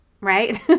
right